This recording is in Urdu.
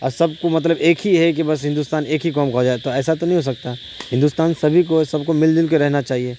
اور سب کو مطلب ایک ہی ہے کہ بس ہندوستان ایک ہی قوم کا ہو جائے تو ایسا تو نہیں ہو سکتا ہندوستان سبھی کو سب کو مل جل کے رہنا چاہیے